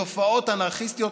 בתופעות אנרכיסטיות,